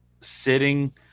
sitting